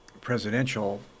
presidential